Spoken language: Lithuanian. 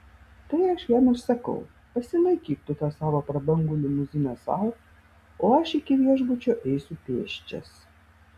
tai aš jam ir sakau pasilaikyk tu tą savo prabangu limuziną sau o aš iki viešbučio eisiu pėsčias